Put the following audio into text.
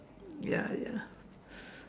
ya ya